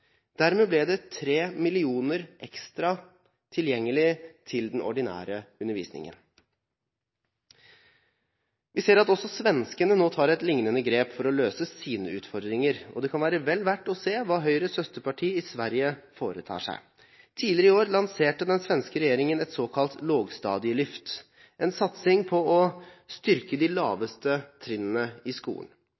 Dermed ble det 3 mill. kr ekstra tilgjengelig til den ordinære undervisningen. Vi ser at svenskene nå tar et lignende grep for å løse sine utfordringer, og det kan være vel verdt å se hva Høyres søsterparti i Sverige foretar seg. Tidligere i år lanserte den svenske regjeringen et såkalt «lågstadielyft», en satsing på å styrke de